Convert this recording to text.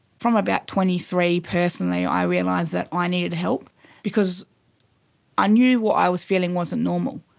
from about twenty three personally i realised that i needed help because i knew what i was feeling wasn't normal.